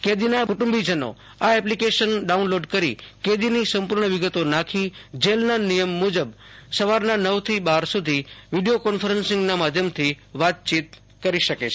કેદીના કુટુંબીજનો આ application download કરી કેદીના સંપૂર્ણ વિગતો નાખી જેલના નિયમ મુજબ સવારના નવથી બાર સુધી વિડીયો કોન્ફ્રન્ટ મીંટીંગના માધ્યમથી વાતચીત કરી શકાશે